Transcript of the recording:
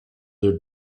their